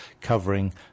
covering